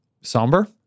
somber